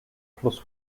plus